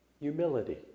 humility